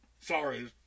sorry